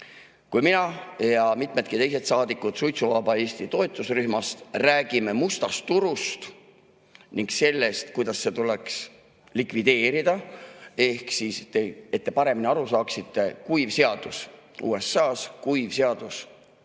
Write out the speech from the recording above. Mina ja mitmed teised saadikud suitsuvaba Eesti toetusrühmast räägime mustast turust ning sellest, kuidas see tuleks likvideerida. Ehk siis, et te paremini aru saaksite: kuiv seadus USA-s ja kuiv seadus Soomes